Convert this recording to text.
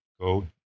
Go